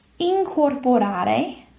incorporare